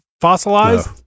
fossilized